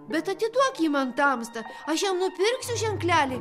bet atiduok jį man tamsta aš jam nupirksiu ženklelį